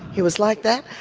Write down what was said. he was like that?